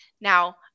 Now